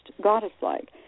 goddess-like